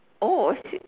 oh I see